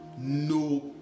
no